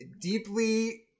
deeply